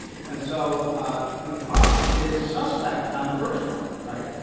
and so you know trump is suspect on the first one, right?